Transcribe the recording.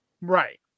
Right